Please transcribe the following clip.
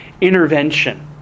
intervention